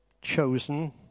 chosen